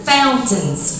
Fountains